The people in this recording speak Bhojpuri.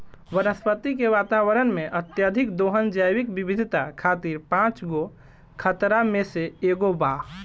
वनस्पति के वातावरण में, अत्यधिक दोहन जैविक विविधता खातिर पांच गो खतरा में से एगो बा